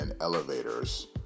elevators